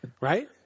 Right